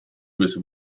questo